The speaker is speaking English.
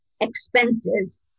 expenses